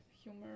humor